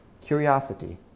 curiosity